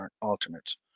alternates